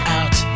out